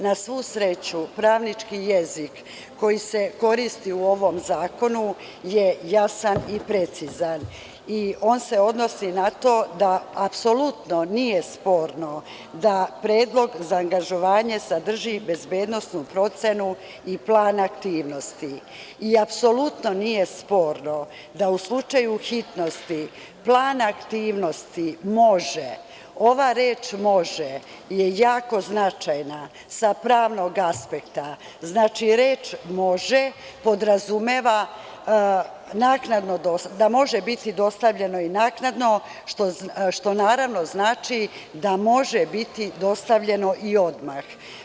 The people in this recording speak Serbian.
Na svu sreću, pravnički jezik koji se koristi u ovom zakonu je jasan i precizan i on se odnosi na to da apsolutno nije sporno da predlog za angažovanje sadrži bezbednosnu procenu i plan aktivnosti i apsolutno nije sporno da u slučaju hitnosti plan aktivnosti može, ova reč „može“ je jako značajna sa pravnog aspekta, znači, reč „može“ podrazumeva da može biti dostavljeno i naknadno, što, naravno, znači da može biti dostavljeno i odmah.